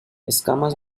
escamas